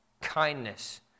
kindness